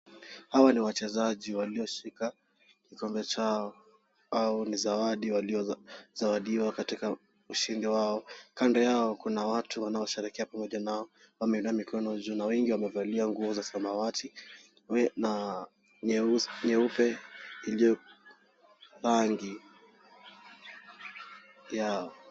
Hawa ni wachezaji walioshika kikombe chao au ni zawadi waliozawadiwa katika ushindi wao. Kando yao kuna watu wanaosherehekea pamoja nao weinua mikono juu na wengi wamevalia nguo za samawati na nyeupe iliyo rangi ya...